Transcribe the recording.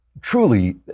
Truly